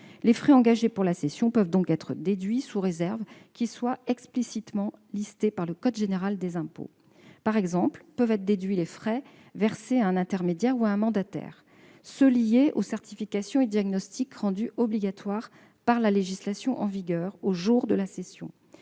Les frais engagés pour la cession peuvent donc être déduits, sous réserve qu'ils soient explicitement listés par le code général des impôts. Par exemple, peuvent être déduits les frais versés à un intermédiaire ou à un mandataire, les frais liés aux certifications et diagnostics rendus obligatoires par la législation en vigueur au jour de la cession,